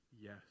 yes